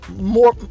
more